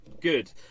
Good